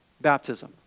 baptism